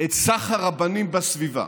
את סך הרבנים בסביבה,